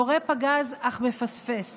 יורה פגז אך מפספס.